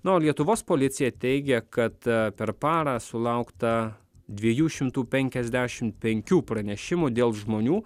na o lietuvos policija teigė kad per parą sulaukta dviejų šimtų penkiasdešimt penkių pranešimų dėl žmonių